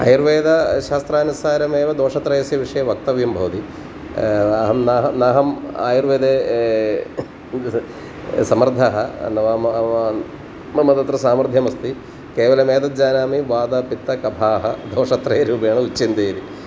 आयुर्वेद शास्त्रानुसारमेव दोषत्रयस्य विषये वक्तव्यं भवति अहं नाहं नाहम् आयुर्वेदे समर्थः नाम मम तत्र सामर्थ्यमस्ति केवलम् एतत् जानामि वातपित्तकफाः दोषत्रयरूपेण उच्यन्ते इति